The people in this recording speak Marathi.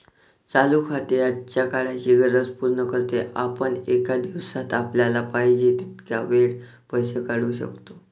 चालू खाते आजच्या काळाची गरज पूर्ण करते, आपण एका दिवसात आपल्याला पाहिजे तितक्या वेळा पैसे काढू शकतो